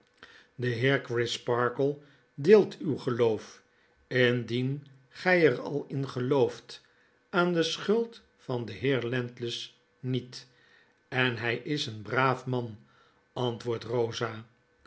de heer crisparkle deelt uw geloof indien gtj er al in gelooft aan de schuld van den heer landless niet en hjj is een braaf man antwoordt rosa